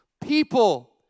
people